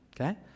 okay